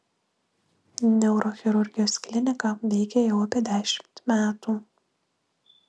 neurochirurgijos klinika veikia jau apie dešimt metų